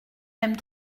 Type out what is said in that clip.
même